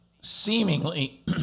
seemingly